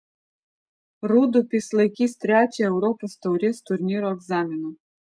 rūdupis laikys trečią europos taurės turnyro egzaminą